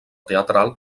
teatral